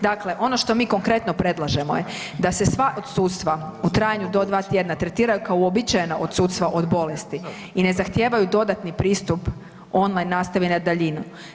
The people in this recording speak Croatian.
Dakle, ono što mi konkretno predlažemo je, da se sva odsustva u trajanju do 2 tjedna tretira kao uobičajena odsustva od bolesti i ne zahtijevaju dodatni pristup online nastavi na daljinu.